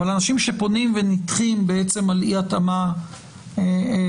אבל אנשים שפונים ונדחים על אי התאמה למבחנים